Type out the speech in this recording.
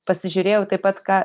pasižiūrėjau taip pat ką